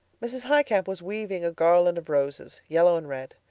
mrs. highcamp was weaving a garland of roses, yellow and red.